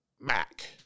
Mac